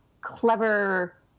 clever